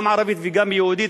גם הערבית וגם היהודית.